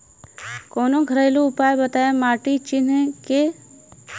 कवनो घरेलू उपाय बताया माटी चिन्हे के?